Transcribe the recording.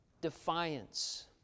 defiance